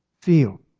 feel